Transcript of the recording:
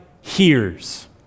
hears